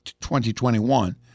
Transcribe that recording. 2021